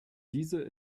diese